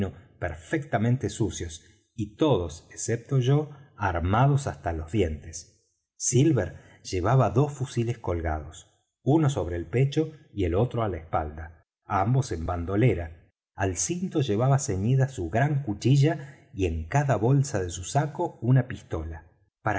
perfectamente sucios y todos excepto yo armados hasta los dientes silver llevaba dos fusiles colgados uno sobre el pecho y el otro á la espalda ambos en bandolera al cinto llevaba ceñida su gran cuchilla y en cada bolsa de su saco una pistola